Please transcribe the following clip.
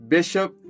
Bishop